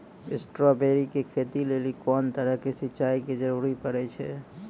Strawberry के खेती लेली कोंन तरह के सिंचाई के जरूरी पड़े छै?